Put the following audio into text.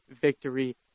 victory